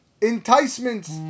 enticements